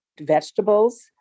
vegetables